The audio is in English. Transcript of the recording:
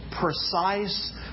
precise